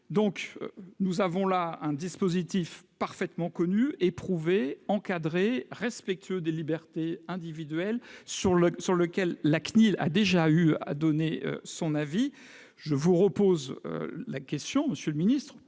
Nous avons donc là un dispositif parfaitement connu, éprouvé, encadré, respectueux des libertés individuelles, sur lequel la CNIL a déjà eu l'occasion de donner son avis. Je vous pose de nouveau la question, monsieur le ministre